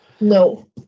no